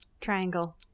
Triangle